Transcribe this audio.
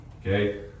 Okay